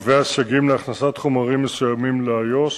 ח' באב התשס"ט (29 ביולי 2009):